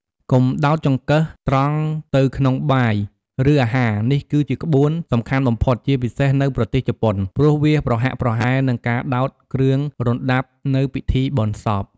កុំដោតចង្កឹះត្រង់ទៅក្នុងបាយ ឬអាហារ នេះគឺជាក្បួនសំខាន់បំផុត ជាពិសេសនៅប្រទេសជប៉ុន ព្រោះវាប្រហាក់ប្រហែលនឹងការដោតគ្រឿងរណ្ដាប់នៅពិធីបុណ្យសព។